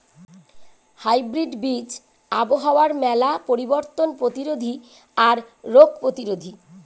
hybrid বীজ আবহাওয়ার মেলা পরিবর্তন প্রতিরোধী আর রোগ প্রতিরোধী